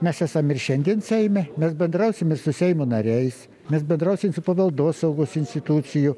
mes esam ir šiandien seime mes bendrausim ir su seimo nariais mes bendrausim su paveldosaugos institucijų